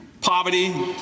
poverty